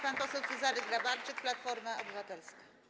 Pan poseł Cezary Grabarczyk, Platforma Obywatelska.